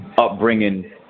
upbringing